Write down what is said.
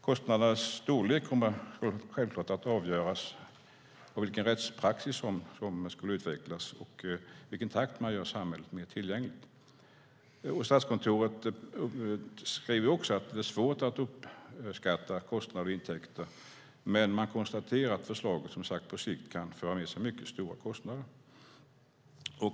Kostnadernas storlek kommer självklart att avgöras av vilken rättspraxis som skulle utvecklas och i vilken takt man gör samhället mer tillgängligt. Statskontoret skriver också att det är svårt att uppskatta kostnader och intäkter, men man konstaterar som sagt att förslaget på sikt kan föra med sig mycket stora kostnader.